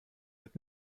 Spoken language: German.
wird